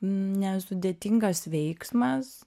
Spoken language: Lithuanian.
nesudėtingas veiksmas